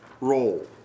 roll